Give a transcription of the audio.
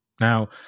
Now